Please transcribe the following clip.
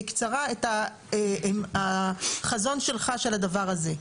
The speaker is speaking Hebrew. בקצרה את החזון שלך של הדבר הזה.